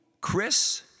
Chris